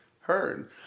heard